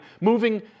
moving